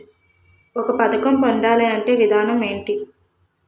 ఒక పథకం పొందాలంటే విధానం ఏంటి?